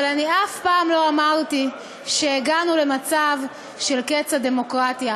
אבל אני אף פעם לא אמרתי שהגענו למצב של קץ הדמוקרטיה,